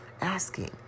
asking